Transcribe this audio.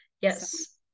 yes